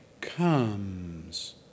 comes